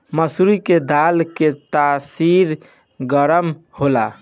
मसूरी के दाल के तासीर गरम होला